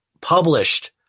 published